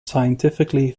scientifically